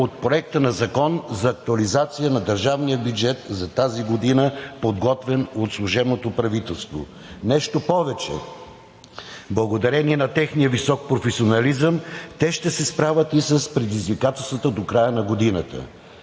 от Проекта на закон за актуализация на държавния бюджет за тази година, подготвен от служебното правителство. Нещо повече, благодарение на техния висок професионализъм те ще се справят и с предизвикателствата до края на годината.“